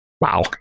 Wow